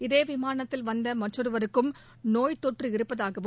இதே விமானத்தில் வந்த மற்றொருவருக்கும் நோய்த்தொற்று இருப்பதாகவும்